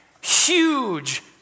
huge